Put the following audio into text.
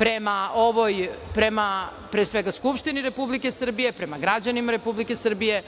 prema ovoj pre svega Skupštini Republike Srbije, prema građanima Republike Srbije,